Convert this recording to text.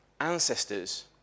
ancestors